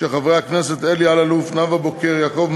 הכנסת אישרה את החלטת ועדת החוקה,